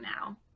now